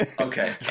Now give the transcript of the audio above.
Okay